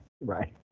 Right